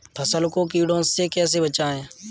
फसल को कीड़ों से कैसे बचाएँ?